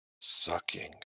sucking